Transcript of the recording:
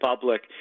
public